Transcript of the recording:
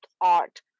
art